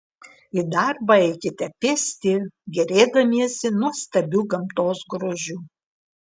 į darbą eikite pėsti gėrėdamiesi nuostabiu gamtos grožiu